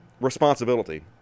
responsibility